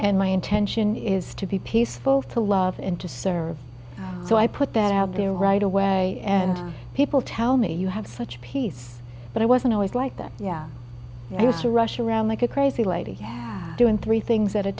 and my intention is to be peaceful to love and to serve so i put that out there right away and people tell me you have such peace but i wasn't always like that yeah i used to rush around like a crazy lady doing three things at a